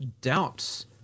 doubts